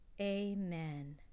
Amen